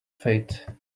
fate